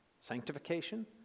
sanctification